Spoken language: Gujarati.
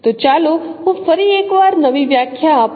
તો ચાલો હું ફરી એકવાર નવી વ્યાખ્યા આપું